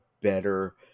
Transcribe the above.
better